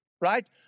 right